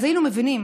אז היינו מבינים,